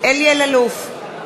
אלי אלאלוף,